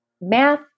math